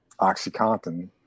Oxycontin